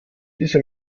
diese